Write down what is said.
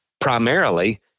primarily